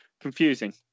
confusing